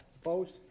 Opposed